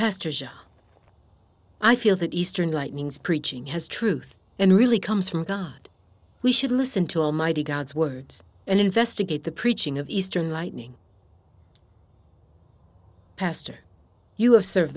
pastors and i feel that eastern lightnings preaching has truth and really comes from god we should listen to almighty god's words and investigate the preaching of eastern lightning pastor you have serve